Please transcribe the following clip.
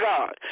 God